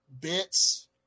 bits